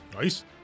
nice